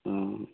ହୁଁ